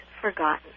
forgotten